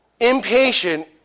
impatient